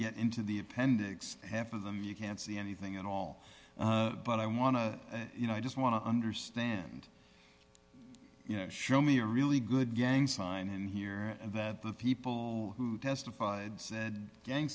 get into the appendix half of them you can't see anything at all but i want to you know i just want to understand you know show me a really good gang sign in here and that the people who testified said gang